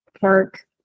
park